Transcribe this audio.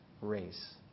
race